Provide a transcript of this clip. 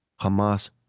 Hamas